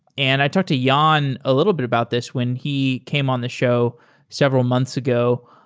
and i talked to yeah ah ion a little bit about this when he came on the show several months ago.